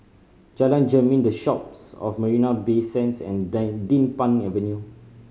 Jalan Jermin The Shoppes of Marina Bay Sands and Din Pang Avenue